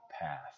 path